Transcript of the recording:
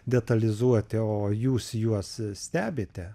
detalizuoti o jūs juos stebite